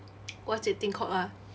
what's that thing called ah